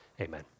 amen